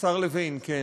השר לוין נמצא כאן.